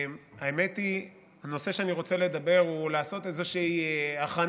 האמת היא שהנושא שאני רוצה לדבר עליו הוא לעשות איזושהי הכנה,